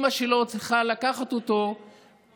אימא שלו צריכה לקחת אותו ברכב,